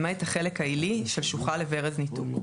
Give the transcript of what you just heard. למעט החלק העילי של שוחה לברז ניתוק,